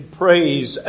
praise